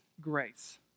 grace